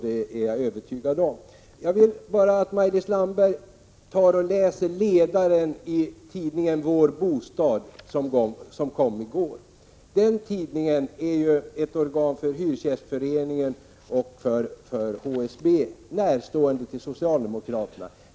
— 14 maj 1987 Jag vill att Maj-Lis Landberg skall läsa ledaren i tidningen Vår Bostad som komi går. Den tidningen är ett organ för Hyresgästföreningen och HSB, som är närstående socialdemokraterna.